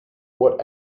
what